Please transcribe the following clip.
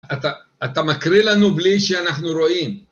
אתה מקריא לנו בלי שאנחנו רואים.